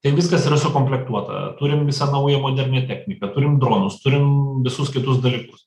tai viskas yra sukomplektuota turim visą naują modernią techniką turim dronus turim visus kitus dalykus